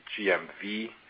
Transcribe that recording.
GMV